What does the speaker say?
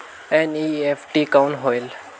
NEFT कौन होएल?